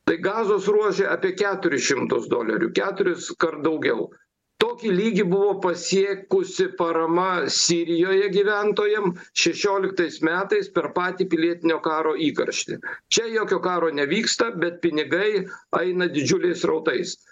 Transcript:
tai gazos ruože apie keturis šimtus dolerių keturiskart daugiau tokį lygį buvo pasiekusi parama sirijoje gyventojam šešioliktais metais per patį pilietinio karo įkarštį čia jokio karo nevyksta bet pinigai aina didžiuliais srautais